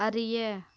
அறிய